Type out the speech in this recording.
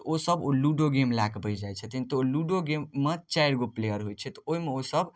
ओसब ओ ludo game लए कऽ बसि जाइ छथिन तऽ ओ लूडो गेममे चारिगो प्लेयर होइ छै तऽ ओहिमे ओसब